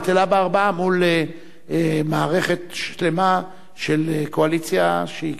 בטלה בארבעה מול מערכת שלמה של קואליציה שהיא